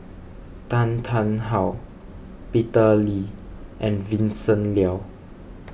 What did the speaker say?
Tan Tarn How Peter Lee and Vincent Leow